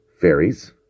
fairies